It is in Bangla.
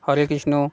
হরেকৃষ্ণ